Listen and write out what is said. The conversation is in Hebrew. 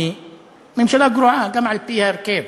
כי הממשלה גרועה גם על-פי ההרכב,